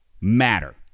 matter